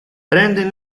prende